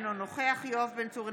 אינו נוכח יואב בן צור,